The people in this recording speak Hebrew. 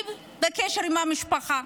אני בקשר עם המשפחה.